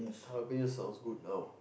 jalapenos sounds good now